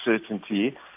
certainty